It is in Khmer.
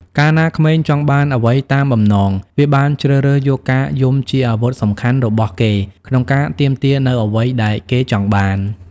កាលណាក្មេងចង់បានអ្វីតាមបំណង វាបានជ្រើសយកការយំជាអាវុធសំខាន់របស់ គេក្នុងការទាមទារនូវអ្វីដែលគេចង់បាន។